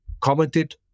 commented